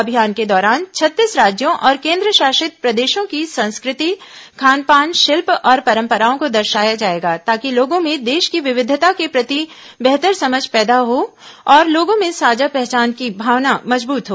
अभियान के दौरान छत्तीस राज्यों और केन्द्रशासित प्रदेशों की संस्कृति खानपान शिल्प और परंपराओं को दर्शाया जाएगा ताकि लोगों में देश की विविधता के प्रति बेहतर समझ पैदा हो और लोगों में साझा पहचान की भावना मजबूत हो